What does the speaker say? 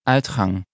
Uitgang